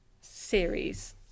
series